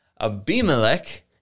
Abimelech